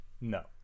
No